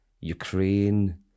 Ukraine